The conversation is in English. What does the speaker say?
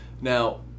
Now